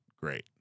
great